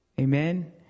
Amen